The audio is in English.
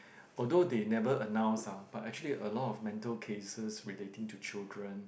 although they never announce ah but actually a lot of mental cases relating to children